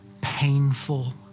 painful